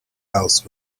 house